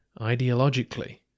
Ideologically